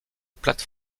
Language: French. plate